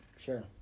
Sure